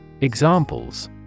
Examples